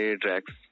tracks